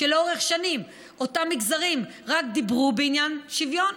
כי לאורך שנים אותם מגזרים רק דיברו בעניין שוויון,